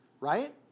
Right